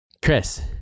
Chris